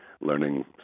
learning